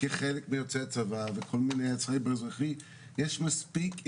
כחלק מיוצאי צבא וכל מיני אזרחי,